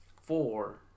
four